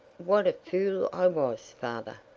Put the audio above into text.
what a fool i was, father!